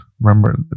remember